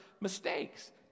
mistakes